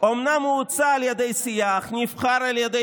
אומנם הוא הוצע על ידי סיעה, אך נבחר על ידי